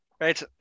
Right